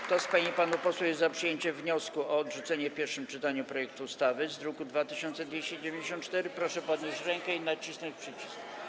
Kto z pań i panów posłów jest za przyjęciem wniosku o odrzucenie w pierwszym czytaniu projektu ustawy z druku nr 2294, proszę podnieść rękę i nacisnąć przycisk.